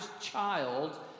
child